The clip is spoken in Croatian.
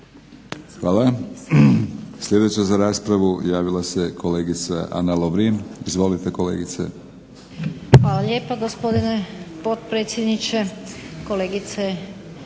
Hvala. Sljedeća za raspravu javila se kolegica Ana Lovrin. Izvolite kolegice. **Lovrin, Ana (HDZ)** Hvala lijepa, gospodine potpredsjedniče. Kolegice